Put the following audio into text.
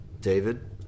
David